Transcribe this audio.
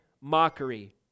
mockery